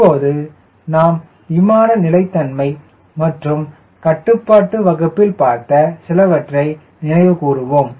இப்போது நாம் விமான நிலைத்தன்மை மற்றும் கட்டுப்பாட்டு வகுப்பில் பார்த்த சிலவற்றை நினைவு கூறுவோம்